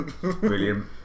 brilliant